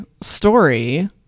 story